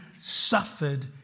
suffered